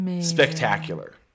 spectacular